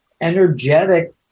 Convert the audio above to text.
energetic